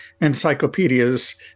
encyclopedias